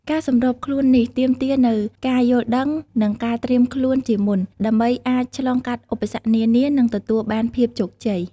ការសម្របខ្លួននេះទាមទារនូវការយល់ដឹង និងការត្រៀមខ្លួនជាមុន ដើម្បីអាចឆ្លងកាត់ឧបសគ្គនានា និងទទួលបានភាពជោគជ័យ។